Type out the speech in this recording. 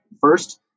First